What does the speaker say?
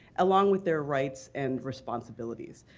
along with their rights and responsibilities.